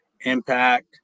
Impact